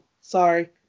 sorry